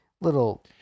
little